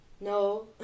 No